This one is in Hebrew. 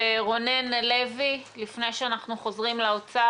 רונן לוי, לפני שאנחנו חוזרים לאוצר.